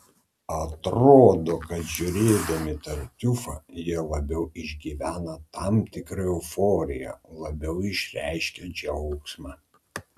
atrodo kad žiūrėdami tartiufą jie labiau išgyvena tam tikrą euforiją labiau išreiškia džiaugsmą